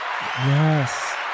Yes